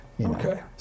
Okay